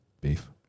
Beef